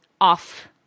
off